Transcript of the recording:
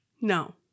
No